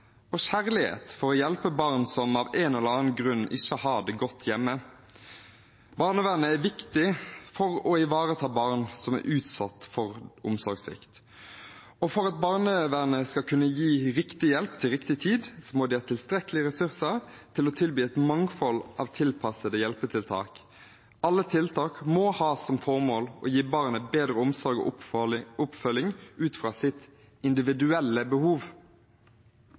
å hjelpe barn som av en eller annen grunn ikke har det godt hjemme. Barnevernet er viktig for å ivareta barn som er utsatt for omsorgssvikt, og for at barnevernet skal kunne gi riktig hjelp til riktig tid, må de ha tilstrekkelige ressurser til å tilby et mangfold av tilpassede hjelpetiltak. Alle tiltak må ha som formål å gi barnet bedre omsorg og oppfølging ut fra dets individuelle behov,